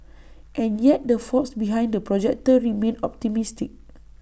and yet the folks behind the projector remain optimistic